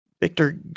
Victor